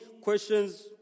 questions